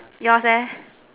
yours eh